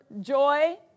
joy